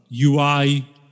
UI